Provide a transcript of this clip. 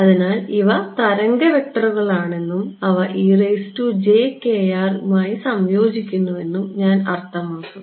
അതിനാൽ ഇവ തരംഗ വെക്റ്ററുകളാണെന്നും അവ യുമായി യോജിക്കുന്നുവെന്നും ഞാൻ അർത്ഥമാക്കുന്നു